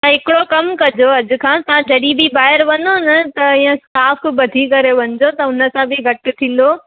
त हिकिड़ो कमु कजो अॼु खां तव्हां जॾहिं बि ॿाहिरि वञो न त हीअं स्कॉफ ॿधी करे वञिजो त उनसां बि घटि थींदो